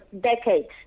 decades